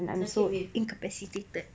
sakit babe